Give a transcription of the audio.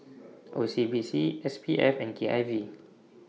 O C B C S P F and K I V